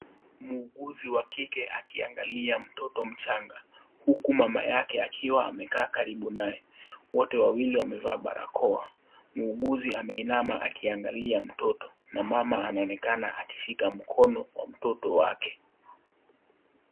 Muuguzi wa kike akiangalia mtoto mchanga huku mama yake akiwa amekaa karibu naye. Wote wawili wamevaa barakoa , muuguzi ameinama akiangalia mtoto na mama anaonekana akishika mkono wa mtoto wake.